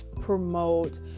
promote